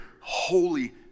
holy